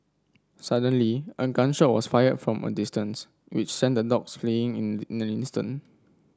suddenly a gun shot was fired from a distance which sent the dogs fleeing in in an instant